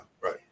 Right